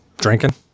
drinking